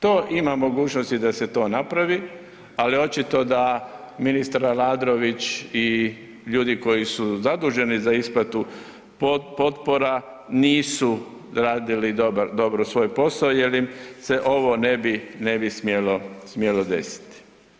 To ima mogućnosti da se to napravi, ali očito da ministar Aladrović i ljudi koji su zaduženi za isplatu potpora nisu radili dobro svoj posao jel im se ovo ne bi, ne bi smjelo, smjelo desiti.